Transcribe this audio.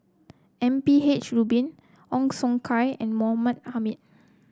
M P H Rubin Ong Siong Kai and Mahmud Ahmad